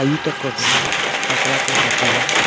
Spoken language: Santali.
ᱟᱭᱳ ᱛᱟᱠᱚ ᱫᱚ ᱯᱟᱛᱲᱟ ᱠᱚ ᱯᱟᱹᱴᱤᱭᱟ